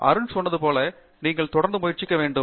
அருண் சொன்னது போல் நீங்கள் தொடர்ந்து இருக்க வேண்டும்